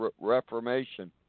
Reformation